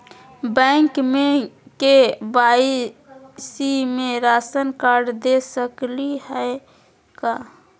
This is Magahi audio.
बैंक में के.वाई.सी में राशन कार्ड दे सकली हई का?